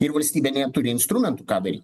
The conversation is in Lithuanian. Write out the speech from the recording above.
ir valstybinė neturi instrumentų tą daryt